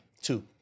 Two